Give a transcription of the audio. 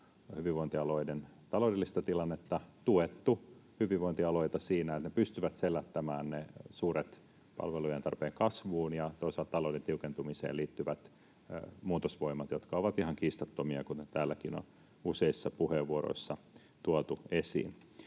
hyvinvointialueiden taloudellista tilannetta, tuettu hyvinvointialueita siinä, että ne pystyvät selättämään ne suuret palvelujen tarpeen kasvuun ja toisaalta talouden tiukentumiseen liittyvät muutosvoimat, jotka ovat ihan kiistattomia, kuten täälläkin on useissa puheenvuoroissa tuotu esiin.